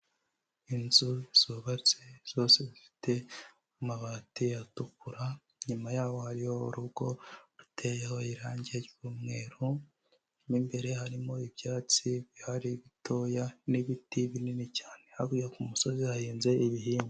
Inzu zubatse zose zifite amabati atukura, inyuma yaho hariho urugo ruteyeho irange ry'umweru, mo imbere harimo ibyatsi bihari bitoya n'ibiti binini cyane, hakurya ku musozi hahinze ibihingwa.